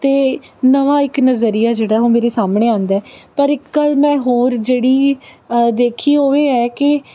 ਅਤੇ ਨਵਾਂ ਇੱਕ ਨਜ਼ਰੀਆ ਜਿਹੜਾ ਉਹ ਮੇਰੇ ਸਾਹਮਣੇ ਆਉਂਦਾ ਪਰ ਇੱਕ ਗੱਲ ਮੈਂ ਹੋਰ ਜਿਹੜੀ ਦੇਖੀ ਉਹ ਇਹ ਹੈ ਕਿ